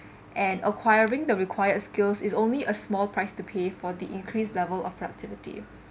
and acquiring the required skills is only a small price to pay for the increased level of productivity